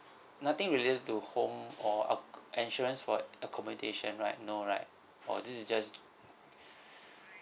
nothing related to home or acc~ insurance for accommodation right no right or this is just